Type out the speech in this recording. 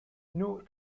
note